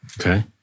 Okay